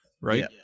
right